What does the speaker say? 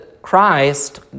Christ